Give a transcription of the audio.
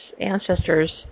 Ancestors